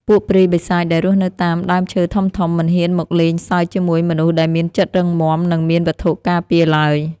ពួកព្រាយបិសាចដែលរស់នៅតាមដើមឈើធំៗមិនហ៊ានមកលេងសើចជាមួយមនុស្សដែលមានចិត្តរឹងមាំនិងមានវត្ថុការពារឡើយ។